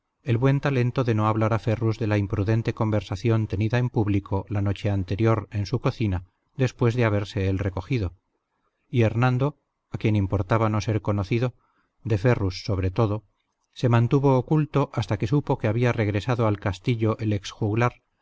el buen talento de no hablar a ferrus de la imprudente conversación tenida en público la noche anterior en su cocina después de haberse él recogido y hernando a quien importaba no ser conocido de ferrus sobre todo se mantuvo oculto hasta que supo que había regresado al castillo el ex juglar